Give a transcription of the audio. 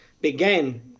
began